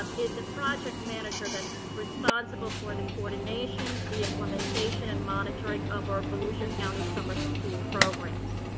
um is the project manager that's responsible for the coordination, the implementation and monitoring of our volusia county summer school programs.